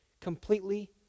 completely